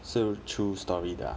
是 true story 的 ah